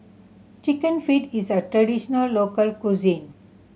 Chicken Feet is a traditional local cuisine